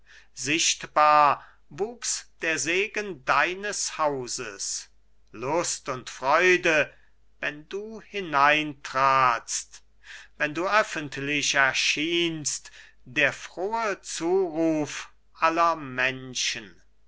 sichtbar wuchs der segen deines hauses lust und freude wenn du hineintratst wenn du öffentlich erschienst der frohe zuruf aller menschen